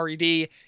RED